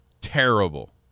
Terrible